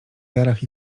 jarach